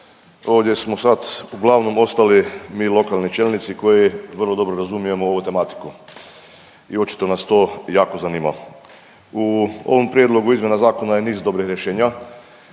ovdje smo sad uglavnom ostali mi lokalni čelnici koji vrlo dobro razumijemo ovu tematiku i očito nas to jako zanima. U ovom prijedlogu izmjena zakona je niz dobrih rješenja